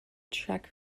track